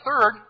third